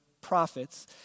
prophets